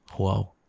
wow